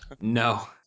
No